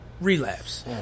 Relapse